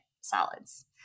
solids